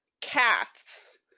cats